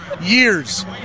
years